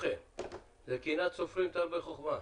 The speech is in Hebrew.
זה קנאת סופרים תרבה חוכמה.